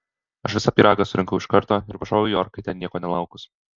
aš visą pyragą surinkau iš karto ir pašoviau į orkaitę nieko nelaukus